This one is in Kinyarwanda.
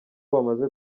bamaze